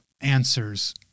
answers